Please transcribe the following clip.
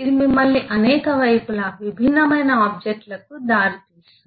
ఇది మిమ్మల్ని అనేక వైపులా విభిన్నమైన ఆబ్జెక్ట్లకు దారి తీస్తుంది